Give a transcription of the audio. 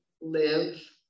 live